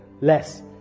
less